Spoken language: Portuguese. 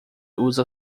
usa